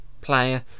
player